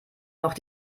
noch